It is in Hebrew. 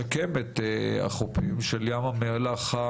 לשיקום החופים המערביים של ים המלח,